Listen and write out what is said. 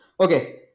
Okay